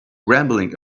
rambling